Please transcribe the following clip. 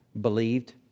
believed